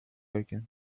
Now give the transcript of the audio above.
erken